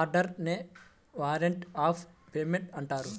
order నే warrant of payment అంటారు